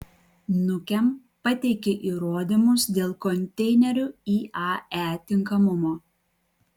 nukem pateikė įrodymus dėl konteinerių iae tinkamumo